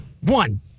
One